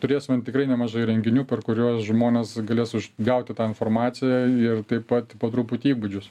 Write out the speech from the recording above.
turėsime tikrai nemažai renginių per kuriuos žmonės galės gauti tą informaciją ir taip pat po truputį įgūdžius